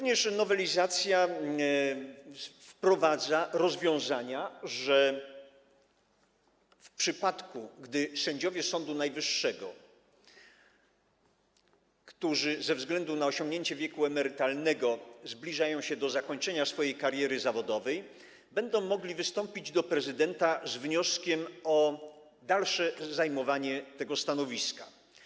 Nowelizacja wprowadza również takie rozwiązania, że w przypadku gdy sędziowie Sądu Najwyższego, którzy ze względu na osiągnięcie wieku emerytalnego zbliżają się do zakończenia swojej kariery zawodowej, będą mogli wystąpić do prezydenta z wnioskiem o dalsze zajmowanie stanowiska.